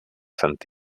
sant